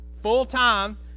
full-time